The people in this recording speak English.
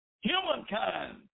Humankind